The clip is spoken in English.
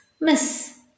Miss